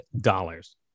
dollars